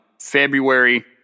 February